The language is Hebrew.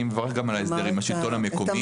אני מברך גם על ההסדר עם השלטון המקומי.